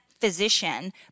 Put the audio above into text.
physician